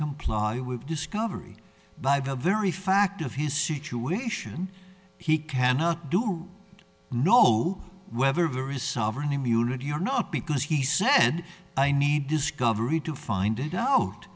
comply with discovery by the very fact of his situation he cannot do you know whether various sovereign immunity or not because he said i need discovery to find it out